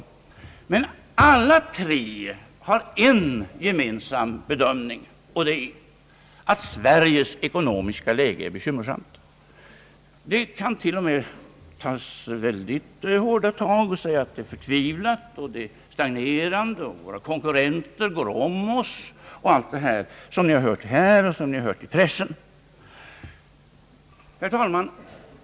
Alla tre partiledarna har dock en gemensam bedömning, nämligen att Sveriges ekonomiska läge är bekymmersamt. De kan t.ex. ta väldigt hårda tag och säga att läget är förtvivlat och stagnerande, att våra konkurrenter går om oss, och allt det som ni har hört här och läst i pressen. Herr talman!